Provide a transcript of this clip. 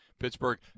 Pittsburgh